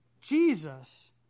Jesus